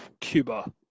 Cuba